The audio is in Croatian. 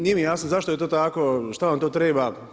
Nije mi jasno zašto je to tako, šta vam to treba.